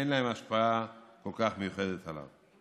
אין להם השפעה כל כך מיוחדת עליו.